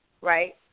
right